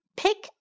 ，pick